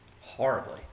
horribly